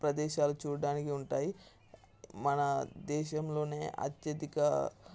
ప్రదేశాలు చూడడానికి ఉంటాయి మన దేశంలోనే అత్యధిక